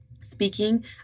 speaking